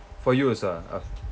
for you also ah